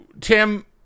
Tim